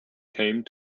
came